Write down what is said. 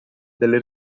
delle